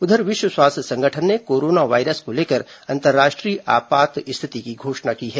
उधर विश्व स्वास्थ्य संगठन ने कोरोना वायरस को लेकर अंतरराष्ट्रीय आपात स्थिति की घोषणा की है